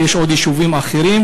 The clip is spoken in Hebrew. ויש עוד יישובים אחרים,